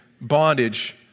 bondage